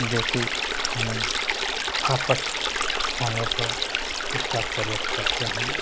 जो कि हमें अपच होने पर इसका प्रयोग करते हैं